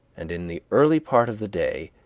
and in the early part of the day,